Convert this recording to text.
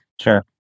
Sure